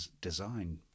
design